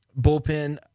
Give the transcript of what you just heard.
bullpen